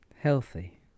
Healthy